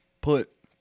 put